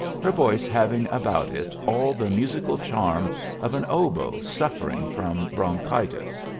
her voice having about it all the musical charm of an oboe suffering from bronchitis.